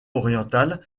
oriental